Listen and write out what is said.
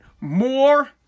more